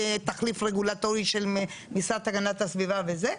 כתחליף רגולטורי של המשרד להגנת הסביבה וזה.